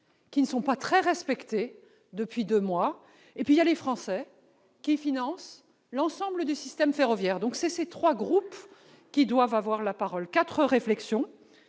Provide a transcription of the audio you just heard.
qui ne sont pas très respectés depuis deux mois, et les Français, qui financent l'ensemble du système ferroviaire. Ce sont ces trois groupes qui doivent avoir la parole. Je ferai quatre réflexions.